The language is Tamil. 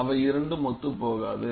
அவை இரண்டும் ஒத்துப் போகாது